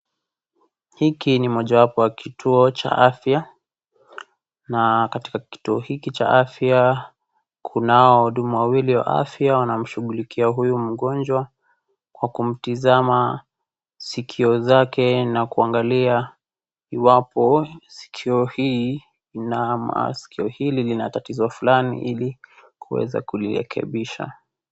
Hiki ni mojawapo ya kituo cha afya na katika kituo hiki cha afya kunao wahudumu wawili wa afya pia wanashughulikia huyu mgonjwa kwa kumtizama sikio zake na kuangalia iwapo sikio hili lina tatizo fulani ili kuweza kulirekebisha